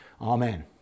Amen